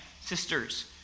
Sisters